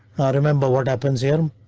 i remember what happens here.